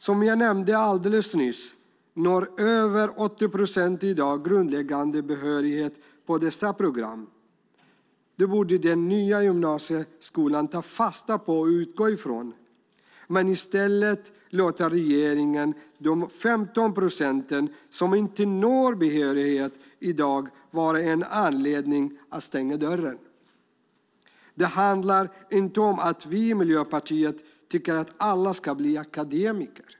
Som jag nämnde alldeles nyss når över 80 procent i dag grundläggande behörighet på dessa program. Det borde den nya gymnasieskolan ta fasta på och utgå från, men i stället låter regeringen de 15 procenten som inte når behörighet i dag vara en anledning att stänga dörren. Det handlar inte om att vi i Miljöpartiet tycker att alla ska bli akademiker.